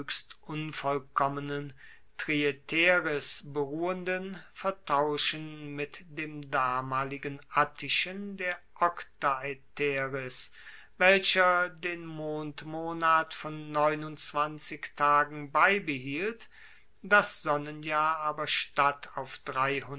unvollkommenen trieteris beruhenden vertauschen mit dem damaligen attischen der oktaeteris welcher den mondmonat von tagen beibehielt das sonnenjahr aber statt auf